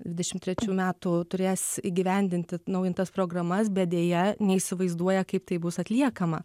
dvidešimt trečių metų turės įgyvendinti naujintas programas bet deja neįsivaizduoja kaip tai bus atliekama